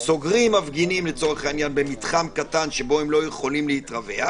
סוגרים מפגינים במתחם קטן שבו הם לא יכולים להתרווח,